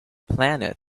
planet